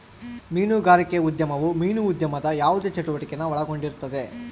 ಮೀನುಗಾರಿಕೆ ಉದ್ಯಮವು ಮೀನು ಉದ್ಯಮದ ಯಾವುದೇ ಚಟುವಟಿಕೆನ ಒಳಗೊಂಡಿರುತ್ತದೆ